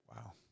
Wow